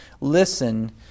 listen